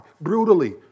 brutally